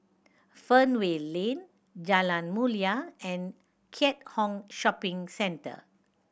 Fernvale Lane Jalan Mulia and Keat Hong Shopping Centre